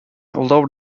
although